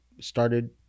started